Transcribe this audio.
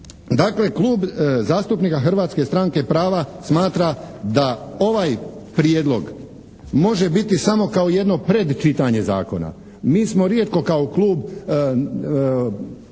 Dakle Klub zastupnika Hrvatske stranke prava smatra da ovaj Prijedlog može biti samo kao jedno predčitanje zakona. Mi smo rijetko kao klub,